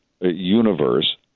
universe